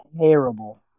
terrible